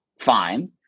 fine